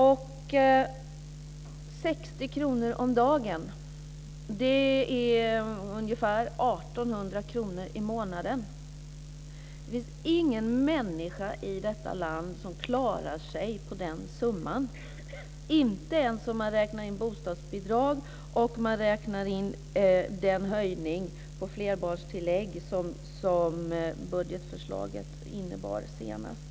60 kr om dagen - det är ungefär 1 800 kr i månaden. Det finns ingen människa i detta land som klarar sig på den summan, inte ens om man räknar in bostadsbidrag och den höjning av flerbarnstillägget som budgetförslaget innebar senast.